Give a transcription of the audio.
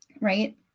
Right